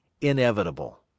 inevitable